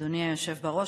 אדוני היושב-ראש.